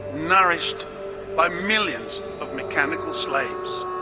nourished by millions of mechanical slaves.